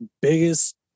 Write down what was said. biggest